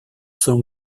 son